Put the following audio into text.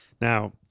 Now